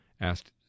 asked